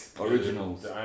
Originals